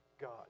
God